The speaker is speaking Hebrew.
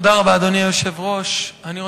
אדוני היושב-ראש, תודה רבה.